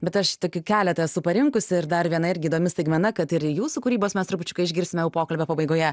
bet aš tokių keletą esu parinkusi ir dar viena irgi įdomi staigmena kad ir jūsų kūrybos mes trupučiuką išgirsime jau pokalbio pabaigoje